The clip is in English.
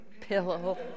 pillow